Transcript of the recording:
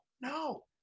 no